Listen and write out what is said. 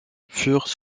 furent